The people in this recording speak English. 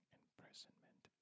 imprisonment